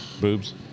Boobs